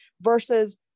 versus